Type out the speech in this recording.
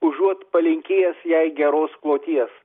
užuot palinkėjęs jai geros kloties